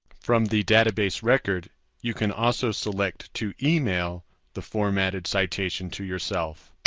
from the database record you can also select to email the formatted citation to yourself.